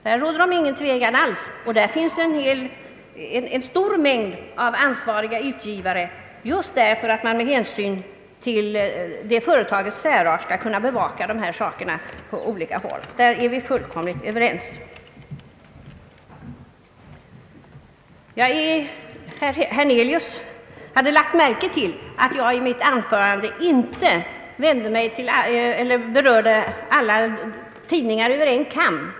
Där finns det en stor mängd av ansvariga utgivare just därför att man med hänsyn till detta företags särart skall kunna bevaka dessa saker på olika håll. Därvidlag är vi fullkomligt överens. Herr Hernelius hade lagt märke till, att jag i mitt anförande inte skar alla tidningar öven en kam.